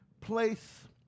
place